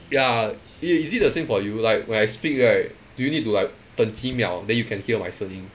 ya it is it the same for you like when I speak right you need to like 等几秒 then you can hear my 声音